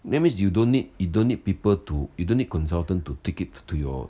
that means you don't need don't need people to you don't need consultant to take it to your